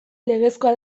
legezkoa